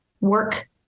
work